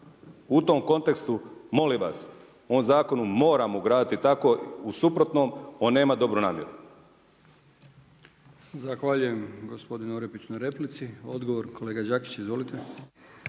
U tom kontekstu, molim vas, u ovom zakonu moramo ugraditi tako u suprotnom on nema dobru namjeru. **Brkić, Milijan (HDZ)** Zahvaljujem gospodinu Orepiću na replici. Odgovor kolega Đakić. Izvolite.